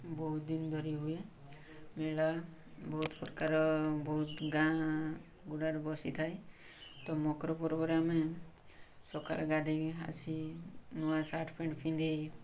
ବହୁତ ଦିନ ଧରି ହୁଏ ମେଳା ବହୁତ ପ୍ରକାର ବହୁତ ଗାଁ ଗୁଡ଼ାରେ ବସିଥାଏ ତ ମକର ପର୍ବରେ ଆମେ ସକାଳୁ ଗାଧେଇକି ଆସି ନୂଆ ସାର୍ଟ ପ୍ୟାଣ୍ଟ୍ ପିନ୍ଧି